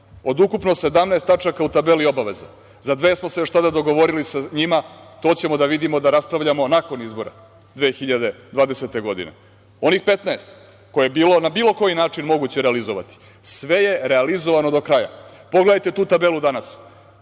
Od ukupno 17 tačaka u tabeli obaveza. Za dve smo se još tada dogovorili sa njima, to ćemo da vidimo, da raspravljamo nakon izbora 2020. godine. Onih 15 koje na bilo koji način moguće realizovati sve je realizovano do kraja. Pogledajte tu tabelu danas.